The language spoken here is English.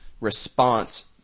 response